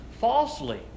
falsely